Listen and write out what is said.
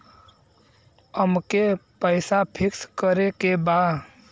अमके पैसा फिक्स करे के बा?